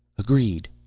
agreed,